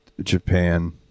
Japan